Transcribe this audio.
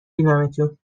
بینمتون